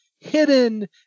hidden